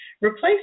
Replace